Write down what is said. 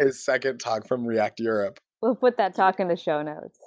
his second talk from react europe. we'll put that talk in the show notes.